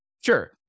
Sure